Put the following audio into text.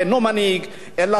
אלא שרדן פוליטי.